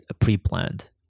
pre-planned